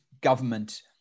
government